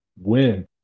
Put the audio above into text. Win